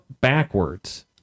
backwards